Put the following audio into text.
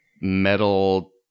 metal